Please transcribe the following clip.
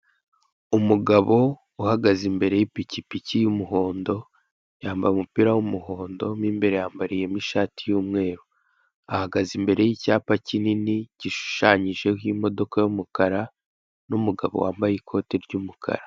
Umugabo uhagaze imbere y'ipikipiki y'umuhondo yambaye umupira w'umuhondo mu imbere yamabariyemo ishati y'umweru, ahagaze imbere y'icyapa kinini gishushanyijeho imodoka y'umukara n'umugabo wambaye ikote ry'umukara.